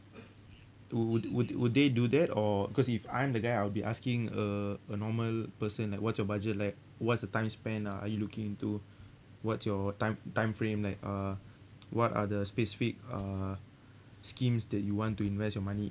would would would would they do that or cause if I'm the guy I'll be asking a a normal person like what's your budget like what's the time span are are you looking into what's your time timeframe like uh what are the specific uh schemes that you want to invest your money